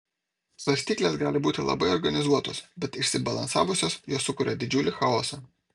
svarstyklės gali būti labai organizuotos bet išsibalansavusios jos sukuria didžiulį chaosą